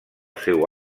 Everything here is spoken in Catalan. seu